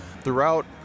throughout